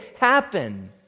happen